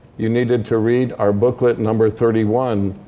you needed to read our booklet number thirty one,